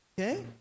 Okay